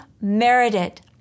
merited